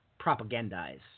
propagandize